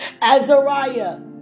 Azariah